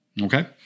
Okay